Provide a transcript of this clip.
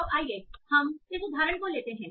तो आइए हम इस उदाहरण को लेते हैं